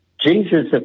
Jesus